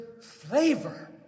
flavor